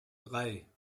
drei